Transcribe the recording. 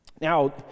Now